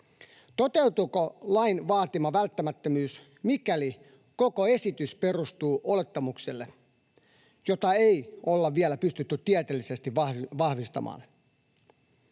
Toteutuuko lain vaatima välttämättömyys, mikäli koko esitys perustuu olettamukselle, jota ei olla vielä pystytty tieteellisesti vahvistamaan?